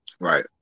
Right